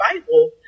Bible